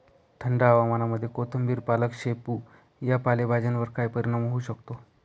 थंड हवामानामध्ये कोथिंबिर, पालक, शेपू या पालेभाज्यांवर काय परिणाम होऊ शकतो?